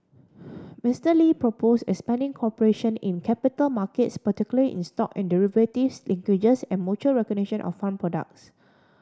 Mister Lee propose expanding cooperation in capital markets particularly in stock and derivatives linkages and mutual recognition of fund products